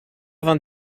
vingt